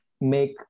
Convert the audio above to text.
make